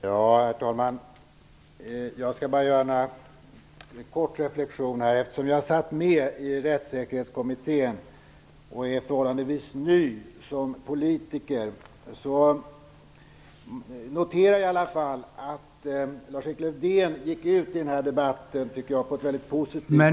Herr talman! Jag skall bara göra några korta reflexioner. Eftersom jag satt med i Rättssäkerhetskommittén och är förhållandevis ny som politiker noterar jag att Lars-Erik Lövdén började den här debatten på ett mycket positivt sätt.